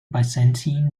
byzantine